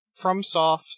FromSoft